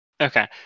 Okay